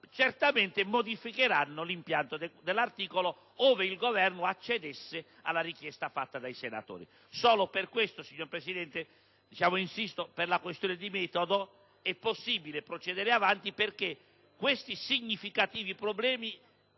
certamente verrà modificato l'impianto dell'articolo ove il Governo acceda alla richiesta fatta dai senatori. Solo per questo, signor Presidente, insisto per la questione di metodo, affermando che è possibile procedere perché questi significativi problemi